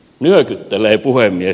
nyökyttelee puhemies